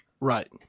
Right